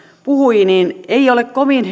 puhui että ei ole kovin